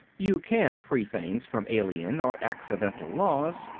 you can free things from alien or accidental laws,